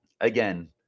Again